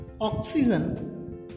oxygen